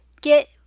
get